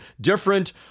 different